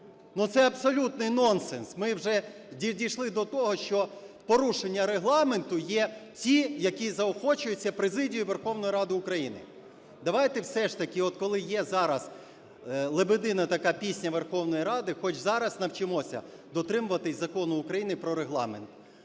це абсолютний нонсенс. Ми вже дійшли до того, що порушення Регламенту є ті, які заохочуються президією Верховної Ради України. Давайте все ж таки, от коли є зараз "лебедина" така пісня Верховної Ради, хоч зараз навчимося дотримуватись Закону України про Регламент.